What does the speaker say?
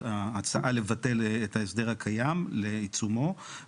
הצעה לבטל את ההסדר הקיים וגם,